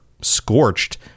scorched